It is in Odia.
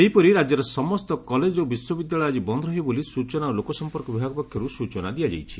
ସେହିପରି ରାଜ୍ୟର ସମସ୍ତ କଲେଜ ଓ ବିଶ୍ୱବିଦ୍ୟାଳୟ ଆକି ବନ୍ଦ ରହିବ ବୋଲି ସୂଚନା ଓ ଲୋକସଂପର୍କ ବିଭାଗ ପକ୍ଷରୁ ସୂଚନା ଦିଆଯାଇଛି